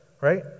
right